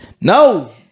no